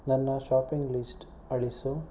ನನ್ನ shopping list ಅಳಿಸು